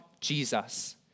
Jesus